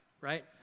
right